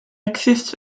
exists